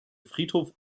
friedhof